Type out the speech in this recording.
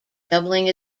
doubling